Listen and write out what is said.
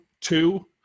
two